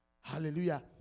hallelujah